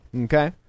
Okay